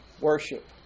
worship